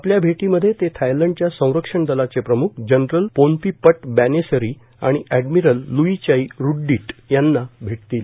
आपल्या भेटीमध्ये ते थायलंडच्या संरक्षण दलाचे प्रमुख जनरल पोन्पीपट बेनॅसरी आणि एडमिरल लुईचाई रूड्डीट यांना भेटतील